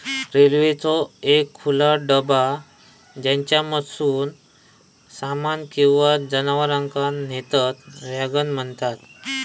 रेल्वेचो एक खुला डबा ज्येच्यामधसून सामान किंवा जनावरांका नेतत वॅगन म्हणतत